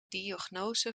diagnose